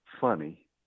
funny